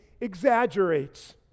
exaggerates